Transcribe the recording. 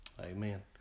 amen